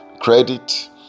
credit